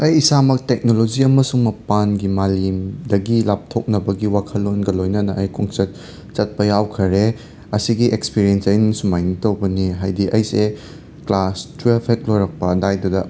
ꯑꯩ ꯏꯁꯥꯃꯛ ꯇꯦꯛꯅꯣꯂꯣꯖꯤ ꯑꯃꯁꯨꯡ ꯃꯄꯥꯟꯒꯤ ꯃꯥꯂꯦꯝꯗꯒꯤ ꯂꯥꯞꯊꯣꯛꯅꯕꯒꯤ ꯋꯥꯈꯜꯂꯣꯟꯒ ꯂꯣꯏꯅꯅ ꯑꯩ ꯈꯣꯡꯆꯠ ꯆꯠꯄ ꯌꯥꯎꯈꯔꯦ ꯑꯁꯤꯒꯤ ꯑꯦꯛꯁꯄꯤꯔꯤꯟꯁ ꯑꯩꯅ ꯁꯨꯃꯥꯏꯅ ꯇꯧꯕꯅꯦ ꯍꯥꯏꯗꯤ ꯑꯩꯁꯦ ꯀ꯭ꯂꯥꯁ ꯇꯨꯌꯦꯐ ꯍꯦꯛ ꯂꯣꯏꯔꯛꯄ ꯑꯗꯨꯋꯥꯏꯗꯨꯗ